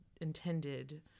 intended